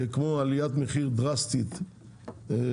כמו עליית מחיר דרסטית פתאום,